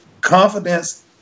Confidence